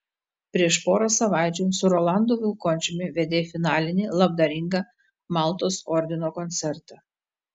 prieš porą savaičių su rolandu vilkončiumi vedei finalinį labdaringą maltos ordino koncertą